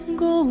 go